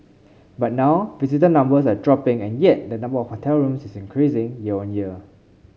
but now visitor numbers are dropping and yet the number of hotel rooms is increasing year on year